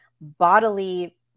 bodily